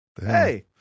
Hey